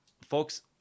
Folks